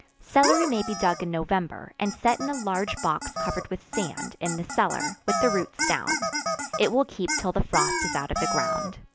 celery may be dug in november, and set in a large box covered with sand, in the cellar, with the roots down it will keep till the frost is out of the ground.